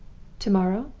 to-morrow?